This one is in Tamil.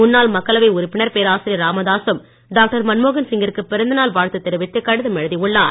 முன்னாள் மக்களவை உறுப்பினர் பேராசிரியர் ராமதாசும் டாக்டர் மன்மோகன் சிங்கிற்கு பிறந்தநாள் வாழ்த்து தெரிவித்து கடிதம் எழுதியுள்ளார்